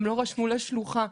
לא לשלוחה.